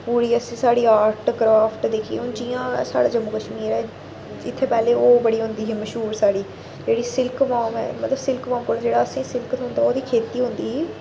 पूरी अस साढ़ी आर्ट क्राफ्ट दे केह् हून जियां साढ़ा जम्मू कश्मीर ऐ इत्थें पैह्ले ओह् बड़ी होंदी ही मह्शूर साढ़ी जेह्ड़ी सिल्क वाम ऐ मतलब सिल्क वाम कोल जेह्ड़ा असेंगी सिल्क थ्होंदी ओह्दी खेती होंदी ही